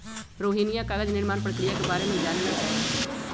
रोहिणीया कागज निर्माण प्रक्रिया के बारे में जाने ला चाहा हई